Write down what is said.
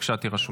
בבקשה תירשמו.